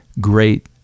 great